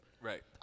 Right